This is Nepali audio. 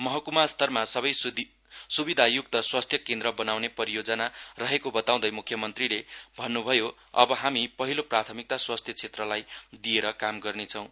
महकूमा स्तरमा सबै सुविधायुक्त स्वास्थ्य केन्द्र बनाउने परियोजना रहेको बताउँदै म्ख्यमन्त्रीले भन्न्भयो अब हामी पहिलो प्राथमिकता स्वास्थ्य क्षेत्रलाई दिएर काम गर्नेछौं